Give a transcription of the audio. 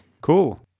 Cool